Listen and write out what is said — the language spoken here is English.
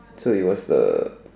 so it was the